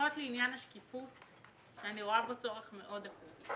לפחות לעניין השקיפות שאני רואה בו צורך מאוד אקוטי.